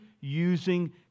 using